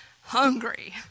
hungry